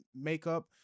makeup